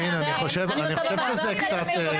יסמין, אני חושב שזה קצת חרג